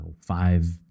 five